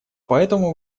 поэтому